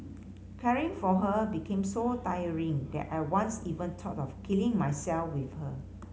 caring for her became so tiring that I once even thought of killing myself with her